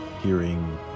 hearing